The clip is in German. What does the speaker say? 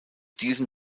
diesen